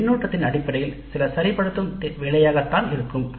இது பின்னூட்டத்தின் அடிப்படையில் சில சரிப்படுத்தும் வேலையாகத்தான் இருக்கும்